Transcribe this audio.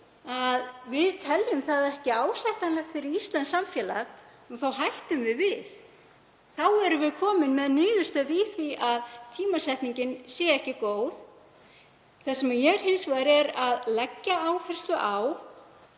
að við teljum það ekki ásættanlegt fyrir íslenskt samfélag þá hættum við við. Þá erum við komin með niðurstöðu um að tímasetningin sé ekki góð. Það sem ég er hins vegar að leggja áherslu á